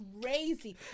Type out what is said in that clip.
crazy